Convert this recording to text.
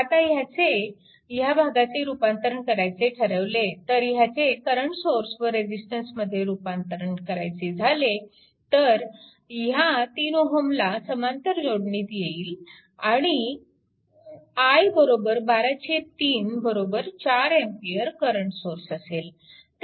आता ह्याचे ह्या भागाचे रूपांतरण करायचे ठरवले तर ह्याचे करंट सोर्स व रेजिस्टन्समध्ये रूपांतर करायचे झाले तर ह्या 3 Ω ला समांतर जोडणीत येईल आणि i 123 4A करंट सोर्स असेल